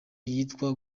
yitwa